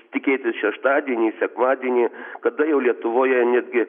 tikėtis šeštadienį sekmadienį kada jau lietuvoje netgi